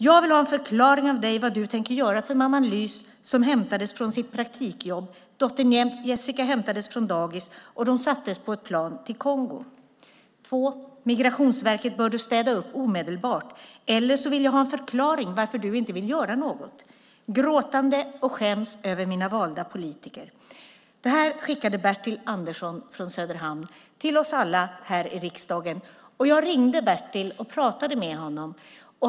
Jag vill ha en förklaring av dig vad du tänker göra för mamman Lys som hämtades från sitt praktikjobb och dottern Jessica som hämtades från dagis, och de sattes på ett plan till Kongo. Migrationsverket bör du städa upp omedelbart, eller så vill jag ha en förklaring varför du inte vill göra något. Jag gråter och skäms över mina valda politiker. Detta brev skickade Bertil Andersson från Söderhamn till oss alla här i riksdagen. Jag ringde till Bertil och pratade med honom.